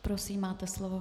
Prosím, máte slovo.